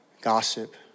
gossip